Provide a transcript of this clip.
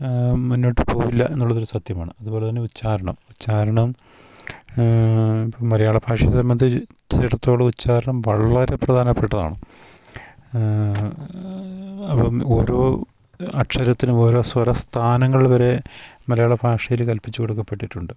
മുന്നോട്ടു പോവില്ല എന്നുള്ളതൊരു സത്യമാണ് അതുപോലെതന്നെ ഉച്ചാരണം ഉച്ചാരണം ഇപ്പം മലയാള ഭാഷയെ സംബന്ധിച്ചെടുത്തോളം ഉച്ചാരണം വളരെ പ്രധാനപ്പെട്ടതാണ് അപ്പം ഓരോ അക്ഷരത്തിനും ഓരോ സ്വരസ്ഥാനങ്ങൾ വരെ മലയാള ഭാഷയിൽ കൽപ്പിച്ചു കൊടുക്കപ്പെട്ടിട്ടുണ്ട്